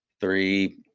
three